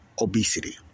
Obesity